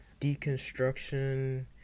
deconstruction